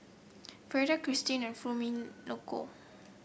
Freida Kirsten and